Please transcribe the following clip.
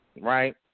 right